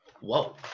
Whoa